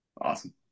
Awesome